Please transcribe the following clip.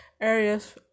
areas